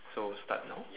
so start now